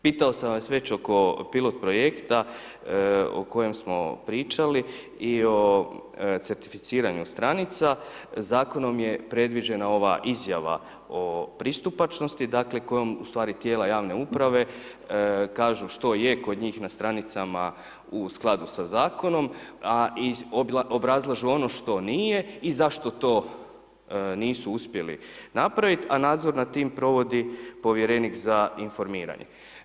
Pitao sam vas već oko pilot projekt o kojem smo pričali i o certificiranju stranica, zakonom je predviđena ova izjava o pristupačnosti dakle kojom ustvari tijela javne uprave kažu što je kod njih na stranicama u skladu sa zakonom i obrazlažu ono što nije i zašto to nisu uspjeli napraviti a nadzor nad tim provodi povjerenik za informiranje.